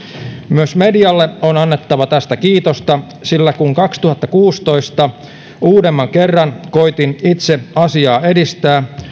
myös medialle on annettava tästä kiitosta sillä kun kaksituhattakuusitoista uudemman kerran koetin itse asiaa edistää